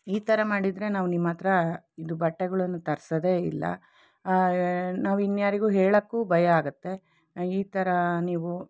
ಈ ಥರ ಮಾಡಿದರೆ ನಾವು ನಿಮ್ಮ ಹತ್ರ ಇದು ಬಟ್ಟೆಗಳನ್ನ ತರ್ಸೋದೇ ಇಲ್ಲ ನಾವು ಇನ್ನು ಯಾರಿಗೂ ಹೇಳೋಕ್ಕೂ ಭಯ ಆಗುತ್ತೆ ಈ ಥರ ನೀವು